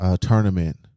tournament